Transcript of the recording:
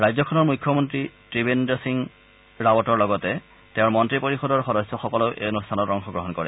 ৰাজ্যখনৰ মুখ্যমন্ত্ৰী ত্ৰিবেদ্ৰী সিং ৰাৱতৰ লগতে তেওঁৰ মন্ত্ৰীপৰিযদৰ সদস্যসকলেও এই অনুষ্ঠানত অংশগ্ৰহণ কৰে